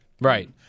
Right